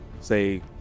say